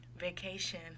vacation